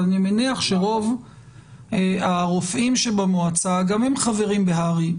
אבל אני מניח שרוב הרופאים במועצה גם הם חברים בהר"י,